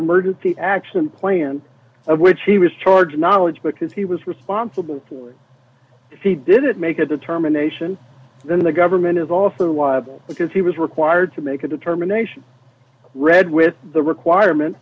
emergency action plan of which he was charge knowledge because he was responsible for a fee did it make a determination then the government is also because he was required to make a determination read with the requirement